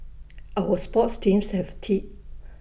our sports teams have tea